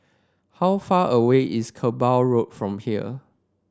how far away is Kerbau Road from here